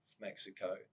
Mexico